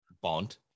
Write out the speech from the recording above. Bond